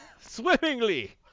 Swimmingly